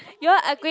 you all are going